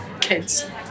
kids